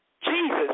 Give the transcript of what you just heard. Jesus